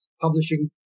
publishing